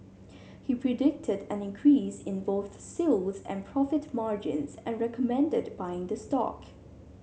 he predicted an increase in both sales and profit margins and recommended buying the stock